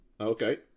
Okay